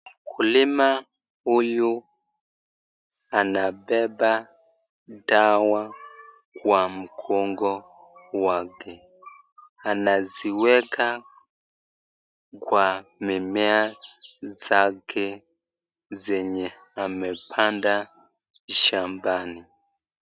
Mkulima huyu anabeba dawa kwa mgongo wake, anaziweka kwa mimea zake zenye amepanda shambani.